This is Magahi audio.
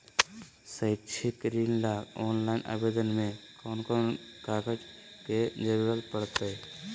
शैक्षिक ऋण ला ऑनलाइन आवेदन में कौन कौन कागज के ज़रूरत पड़तई?